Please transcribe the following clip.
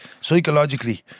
psychologically